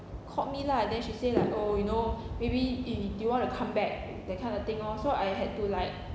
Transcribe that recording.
called me lah then she say like oh you know maybe i~ do you want to come back that kind of thing lor so I had to like